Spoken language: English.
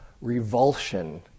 revulsion